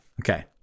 Okay